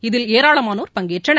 இதில் ஏராளமானோர் பங்கேற்றனர்